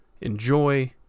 enjoy